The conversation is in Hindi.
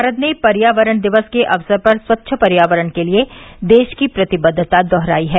भारत ने पर्यावरण दिवस के अवसर पर स्वच्छ पर्यावरण के लिए देश की प्रतिबद्वता दोहराई है